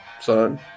son